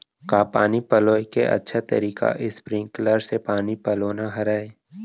का पानी पलोय के अच्छा तरीका स्प्रिंगकलर से पानी पलोना हरय?